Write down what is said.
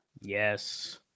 Yes